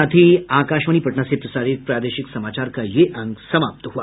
इसके साथ ही आकाशवाणी पटना से प्रसारित प्रादेशिक समाचार का ये अंक समाप्त हुआ